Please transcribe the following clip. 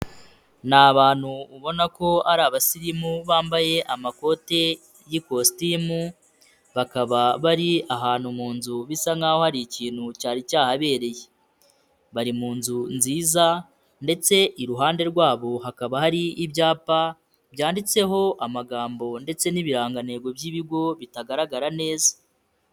Ni abantu ubona ko ari abasirimu bambaye amakoti y'ikositimu, bakaba bari ahantu mu nzu bisa nkaho hari ikintu cyari cyahabereye, bari mu nzu nziza ndetse iruhande rwabo hakaba hari ibyapa byanditseho amagambo, ndetse n'ibirangantego by'ibigo bitagaragara neza.